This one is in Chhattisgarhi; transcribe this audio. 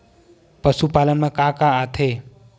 पशुपालन मा का का आथे?